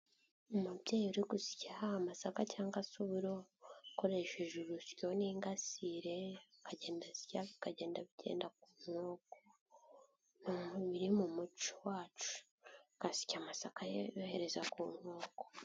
Umubyeyi uri gusya amasaka cyangwa se uburo akoresheje urusyo n'ingasire agenda asya bikagenda bijya ku nkoko biri mu muco wacu ugasya amasaka yohereza ku nkoko.